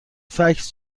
فکس